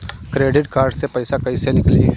Credit card से पईसा केइसे निकली?